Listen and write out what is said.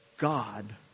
God